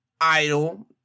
idol